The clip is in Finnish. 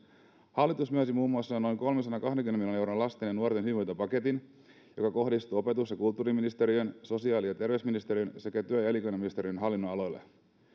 hallitus myönsi muun muassa noin kolmensadankahdenkymmenen miljoonan euron lasten ja nuorten hyvinvointipaketin joka kohdistuu opetus ja kulttuuriministeriön sosiaali ja terveysministeriön sekä työ ja elinkeinoministeriön hallinnonaloille